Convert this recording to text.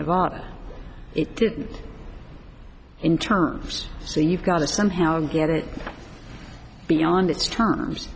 nevada it didn't in terms so you've got to somehow get it beyond its terms